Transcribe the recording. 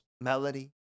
Melody